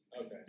Okay